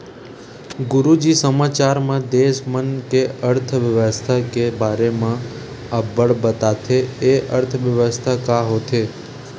गुरूजी समाचार म देस मन के अर्थबेवस्था के बारे म अब्बड़ बताथे, ए अर्थबेवस्था का होथे?